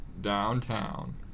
Downtown